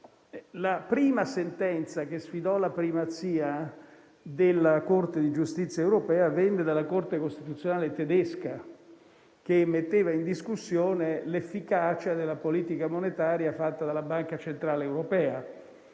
la prima sentenza che sfidò la primazia della Corte di giustizia europea venne dalla Corte costituzionale tedesca, che metteva in discussione l'efficacia della politica monetaria condotta dalla Banca centrale europea.